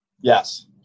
Yes